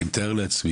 אני מתאר לעצמי